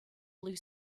blue